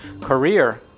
Career